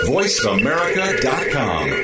VoiceAmerica.com